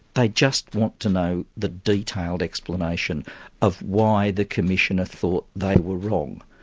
they just want to know the detailed explanation of why the commissioner thought they were wrong.